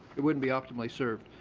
it wouldn't be optimally served.